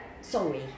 Sorry